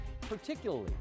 Particularly